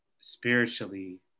spiritually